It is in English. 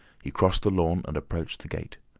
he crossed the lawn and approached the gate.